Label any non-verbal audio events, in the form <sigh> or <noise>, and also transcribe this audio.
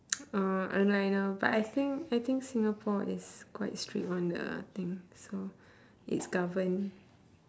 <noise> oh I know I know but I think I think singapore is quite strict [one] the thing so it's govern